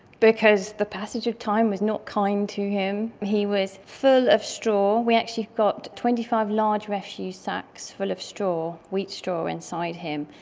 because the passage of time was not kind to him. he was full of straw. we actually got twenty five large refuge sacks full of straw, wheat straw inside him,